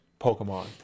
Pokemon